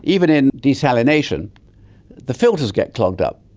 even in desalination the filters get clogged up.